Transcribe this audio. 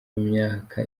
myaka